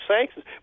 sanctions